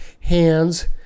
hands